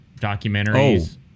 documentaries